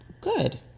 good